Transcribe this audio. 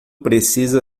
precisa